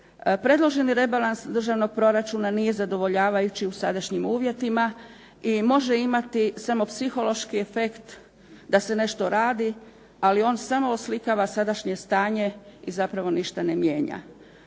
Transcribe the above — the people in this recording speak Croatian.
Predloženi rebalans državnog proračuna nije zadovoljavajući u sadašnjim uvjetima i može imati samo psihološki efekt da se nešto radi, ali on samo oslikava sadašnje stanje i zapravo ništa ne mijenja.